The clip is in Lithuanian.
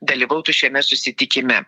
dalyvautų šiame susitikime